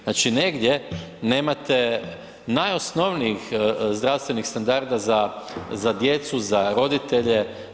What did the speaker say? Znači, negdje nemate najosnovnijih zdravstvenih standarda za, za djecu, za roditelje.